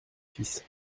fils